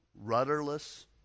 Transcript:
rudderless